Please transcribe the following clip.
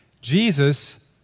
Jesus